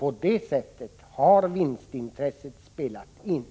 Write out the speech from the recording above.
På det sättet har vinstintresset spelat in.